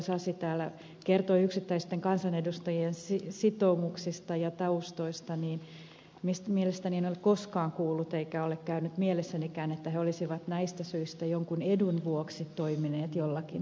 sasi täällä kertoi yksittäisten kansanedustajien sitoumuksista ja taustoista mielestäni en ole koskaan kuullut eikä ole käynyt mielessäni kään että he olisivat näistä syistä jonkun edun vuoksi toimineet jollakin tavalla